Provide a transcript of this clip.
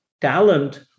talent